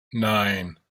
nine